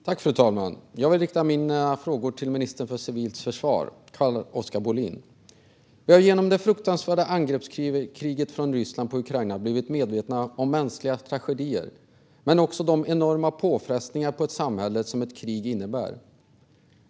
Fru talman! Jag vill rikta mina frågor till ministern för civilt försvar, Carl-Oskar Bohlin. Vi har genom det fruktansvärda angreppskriget från Ryssland mot Ukraina blivit medvetna om mänskliga tragedier men också om de enorma påfrestningar på ett samhälle som ett krig innebär.